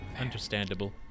Understandable